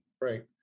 Right